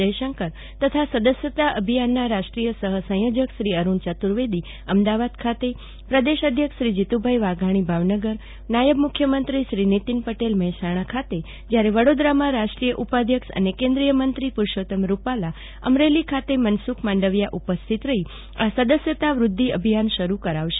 જયશંકર તથા સદરયતા અભિયાનના રાષ્ટ્રીય સહસંયોજક શ્રો અરૂણ ચતુર્વેદો અમદાવાદ ખાતે પ્રદેશ અધ્યક્ષશ્રો જીતુભાઈ વાઘાણી ભાવનગર ખાતે નાયબ મુખ્યમંત્રો શ્રો નિતિનભાઈ પટલ મહેસાણા ખાતે જયારે વડોદરામાં રાષ્ટ્રીય ઉપાધ્યક્ષ અને કન્દ્રીય મંત્રો પુરૂષોતમ રૂપાલા અમરેલી ખાતે મનસખ માંડવીયા ઉર્પસ્થિત રહોને આ સદસ્યના વધ્ધિ અભિયાન શરૂ કરાવશે